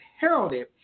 heralded